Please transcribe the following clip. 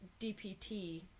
DPT